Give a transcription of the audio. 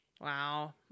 Wow